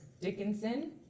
Dickinson